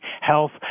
health